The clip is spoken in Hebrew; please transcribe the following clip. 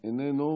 איננו,